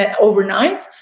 overnight